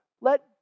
let